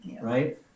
right